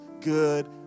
good